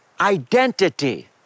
identity